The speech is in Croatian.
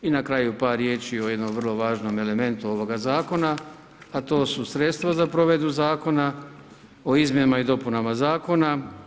I na kraju par riječi o jednom vrlo važnom elementu ovoga zakona, a to su sredstva za provedbu zakona o izmjenama i dopunama zakona.